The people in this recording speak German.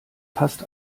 fast